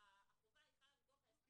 החובה חלה מכוח הסכם.